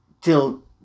till